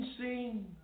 sing